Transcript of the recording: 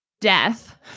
Death